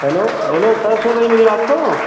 hello hello sir सुन रहे मेरी बात को